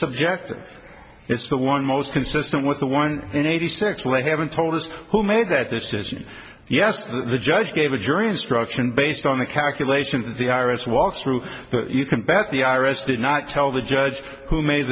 subjective it's the one most consistent with the one in eighty six when they haven't told us who made that decision yes the judge gave a jury instruction based on the calculation the i r s walks through you can bet the i r s did not tell the judge who made